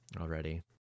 already